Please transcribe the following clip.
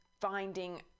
finding